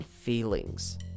feelings